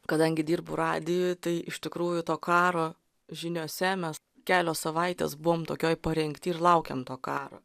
kadangi dirbu radijuj tai iš tikrųjų to karo žiniose mes kelios savaitės buvom tokioj parengty ir laukėm to karo